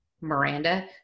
Miranda